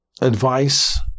advice